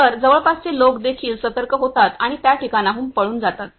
तर जवळपासचे लोक देखील सतर्क होतात आणि त्या ठिकाणाहून पळून जातात